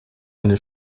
eine